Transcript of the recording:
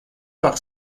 par